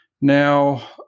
Now